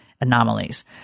anomalies